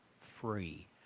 free